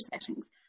settings